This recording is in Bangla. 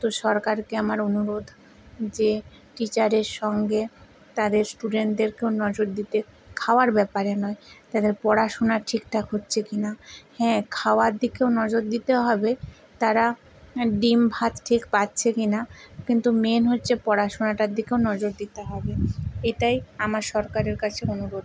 তো সরকারকে আমার অনুরোধ যে টিচারের সঙ্গে তাদের স্টুডেন্ডদেরকেও নজর দিতে খাওয়ার ব্যাপারে নয় তাদের পড়াশোনা ঠিকঠাক হচ্চে কিনা হ্যাঁ খাওয়ার দিকেও নজর দিতে হবে তারা ডিম ভাত ঠিক পাচ্ছে কিনা কিন্তু মেন হচ্ছে পড়াশোনাটার দিকেও নজর দিতে হবে এটাই আমার সরকারের কাছে অনুরোধ